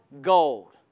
gold